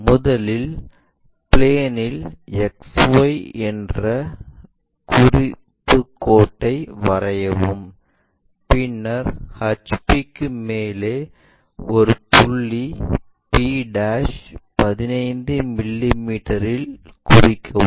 முதலில் பிளேன்ல் XY என்ற குறிப்பு கோட்டை வரையவும் பின்னர் ஹெச்பிக்கு மேலே ஒரு புள்ளி p 15 மிமீ இல் குறிக்கவும்